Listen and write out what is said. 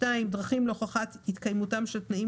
(2)דרכים להוכחת התקיימותם של התנאים